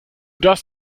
das